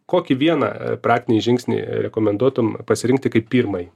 kokį vieną praktinį žingsnį rekomenduotum pasirinkti kaip pirmąjį